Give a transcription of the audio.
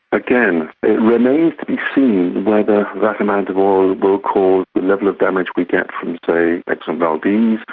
again, it remains to be seen whether that amount of oil will cause the level of damage we get from say exxon valdez,